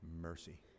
mercy